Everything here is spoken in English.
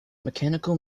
mechanical